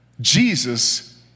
Jesus